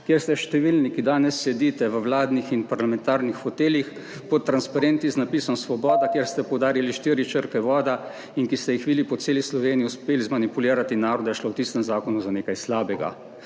kjer se številni, ki danes sedite v vladnih in parlamentarnih foteljih, pod transparent z napisom Svoboda, kjer ste poudarili štiri črke voda, in ki ste jih vili po celi Sloveniji, uspeli zmanipulirati narod, da je šlo v tistem zakonu za nekaj slabega.